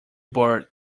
bird